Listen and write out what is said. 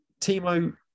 Timo